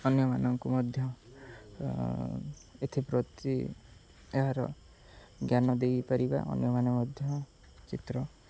ଅନ୍ୟମାନଙ୍କୁ ମଧ୍ୟ ଏଥିପ୍ରତି ଏହାର ଜ୍ଞାନ ଦେଇପାରିବା ଅନ୍ୟମାନେ ମଧ୍ୟ ଚିତ୍ର